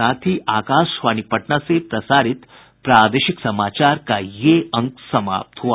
इसके साथ ही आकाशवाणी पटना से प्रसारित प्रादेशिक समाचार का ये अंक समाप्त हुआ